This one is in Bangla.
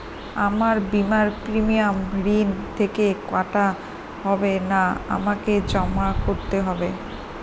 আমার বিমার প্রিমিয়াম ঋণ থেকে কাটা হবে না আমাকে জমা করতে হবে?